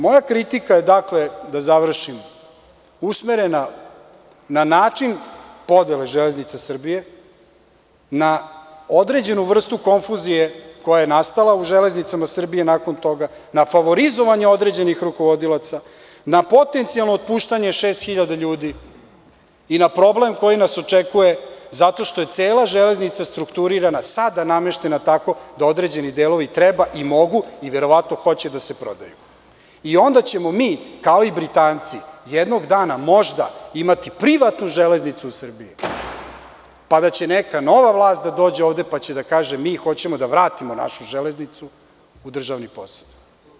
Moja kritika je, dakle, da završim, usmerena na način podele „Železnice Srbije“, na određenu vrstu konfuzije koja je nastala u „Železnicama Srbije“ nakon toga, na favorizovanje određenih rukovodilaca, na potencijalno otpuštanje šest hiljada ljudi i na problem koji nas očekuje zato što je cela „Železnica“ strukturirana, sada nameštena tako da određeni delovi treba i mogu i verovatno hoće da se prodaju i onda ćemo mi, kao i Britanci, jednog dana možda imati privatnu železnicu u Srbiji, pa da će neka nova vlast da dođe ovde pa će da kaže – Mi hoćemo da vratimo našu „Železnicu“ u državni posao.